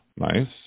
Nice